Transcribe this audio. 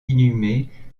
inhumés